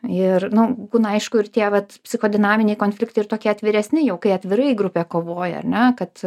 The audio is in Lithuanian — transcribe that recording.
ir nu būna aišku ir tie vat psichodinaminiai konfliktai ir tokie atviresni jau kai atvirai grupė kovoja ar ne kad